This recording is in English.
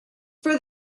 for